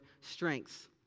strengths